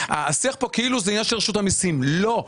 השיח כאן כאילו זה עניין של רשות המיסים אבל לא,